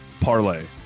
Parlay